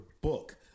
book